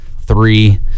three